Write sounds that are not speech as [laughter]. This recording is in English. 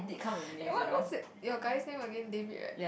[breath] what what is your your guys name again David right